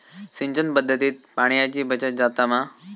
सिंचन पध्दतीत पाणयाची बचत जाता मा?